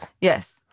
Yes